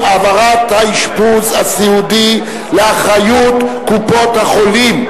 העברת האשפוז הסיעודי לאחריות קופות-החולים),